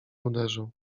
uderzył